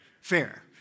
Fair